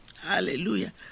Hallelujah